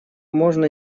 можно